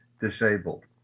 disabled